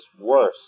worse